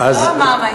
לא המע"מ העניין.